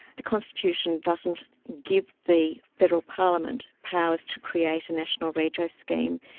the constitution doesn't give the federal parliament powers to create a national redress scheme,